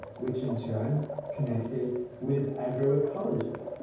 which in turn connected with agro-ecology.